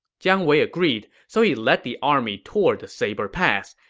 jiang wei agreed, so he led the army toward the saber pass.